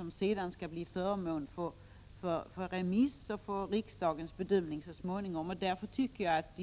Detta program skall sedan bli föremål för remissbehandling och för riksdagens bedömning. Därför tycker jag att